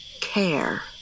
care